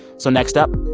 so next up,